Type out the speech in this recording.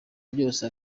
byose